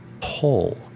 pull